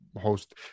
host